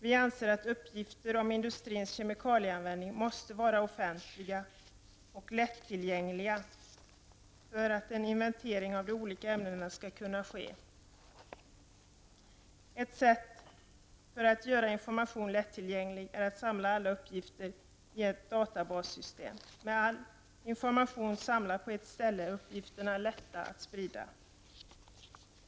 Vi anser att uppgifter om industrins kemikalieanvändning måste vara offentliga och lättillgängliga för att en inventering av de olika ämnena skall kunna ske. Ett sätt att göra informationen lättillgänglig är att samla alla uppgifter i ett databassystem. Med all information samlad på ett ställe är uppgifterna lätta att sprida.